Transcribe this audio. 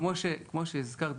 כמו שהזכרת,